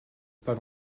pas